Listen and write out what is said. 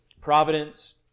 providence